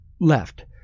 left